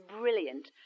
brilliant